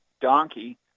Donkey